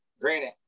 granted